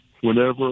whenever—